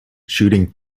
shooting